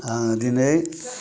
आं दिनै